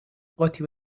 قاطی